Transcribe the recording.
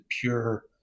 pure